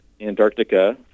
Antarctica